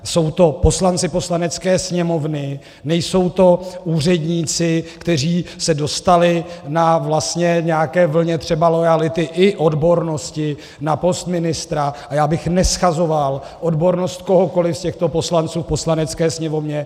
Jsou to poslanci Poslanecké sněmovny, nejsou to úředníci, kteří se dostali na vlastně nějaké vlně třeba loajality i odbornosti na post ministra, a já bych neshazoval odbornost kohokoliv z těchto poslanců v Poslanecké sněmovně.